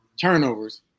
turnovers